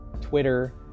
Twitter